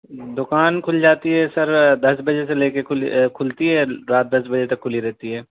دکان کھل جاتی ہے سر دس بجے سے لے کے کھلتی ہے رات دس بجے تک کھلی رہتی ہے